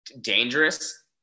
dangerous